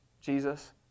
Jesus